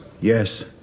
Yes